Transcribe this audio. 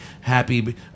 happy